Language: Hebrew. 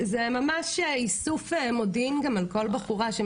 זה ממש איסוף מודיעין גם על כל בחורה.